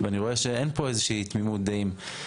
ואני רואה שאין פה איזושהי תמימות דעים.